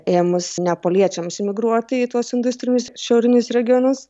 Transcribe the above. ėmus neapoliečiams imigruoti į tuos industrinius šiaurinius regionus